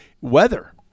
weather